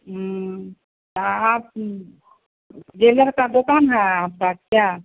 तो आप जेवर की दुकान है आपकी क्या